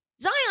Zion